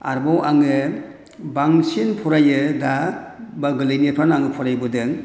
आरोबाव आङो बांसिन फरायो दा बा गोरलैनिफ्रायनो आं फरायबोदों